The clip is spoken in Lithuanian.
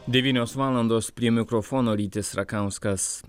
devynios valandos prie mikrofono rytis rakauskas